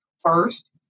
first